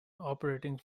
operating